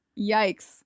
yikes